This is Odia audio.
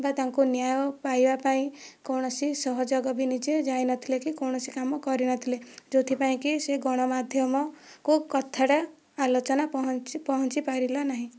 ବା ତାଙ୍କୁ ନ୍ୟାୟ ପାଇବା ପାଇଁ କୌଣସି ସହଯୋଗ ବି ନିଜେ ଯାଇନଥିଲେ କି କୌଣସି କାମ କରିନଥିଲେ ଯେଉଁଥିପାଇଁକି ସେ ଗଣମାଧ୍ୟମକୁ କଥାଟା ଆଲୋଚନା ପହଞ୍ଚି ପହଞ୍ଚିପାରିଲା ନାହିଁ